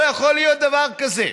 לא יכול להיות דבר כזה.